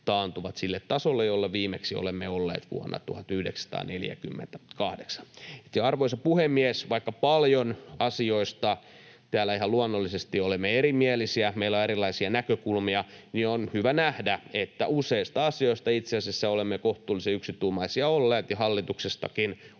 taantuvat sille tasolle, jolla viimeksi olemme olleet vuonna 1948. Arvoisa puhemies! Vaikka paljon asioista täällä ihan luonnollisesti olemme erimielisiä ja meillä on erilaisia näkökulmia, niin on hyvä nähdä, että useista asioista itse asiassa olemme kohtuullisen yksituumaisia olleet. Hallituksestakin